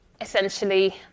Essentially